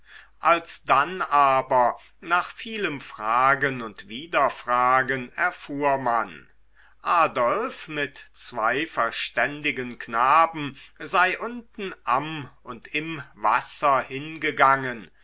alsdann aber nach vielem fragen und widerfragen erfuhr man adolf mit zwei verständigen knaben sei unten am und im wasser hingegangen